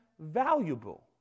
Valuable